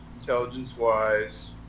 intelligence-wise